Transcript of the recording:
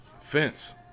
Fence